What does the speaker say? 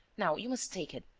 now, you must take it.